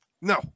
No